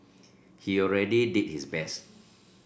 he already did his best